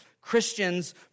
Christians